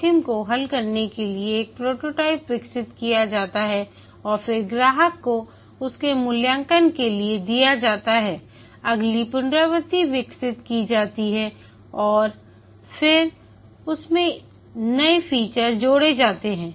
जोखिम को हल करने के लिए एक प्रोटोटाइप विकसित किया जाता है और फिर ग्राहक को उसके मूल्यांकन के लिए दिया जाता है अगली पुनरावृत्ति विकसित की जाती है और और फिर उसमें नए फीचर जोड़े जाते है